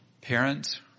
Parents